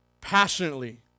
passionately